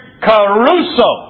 caruso